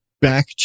back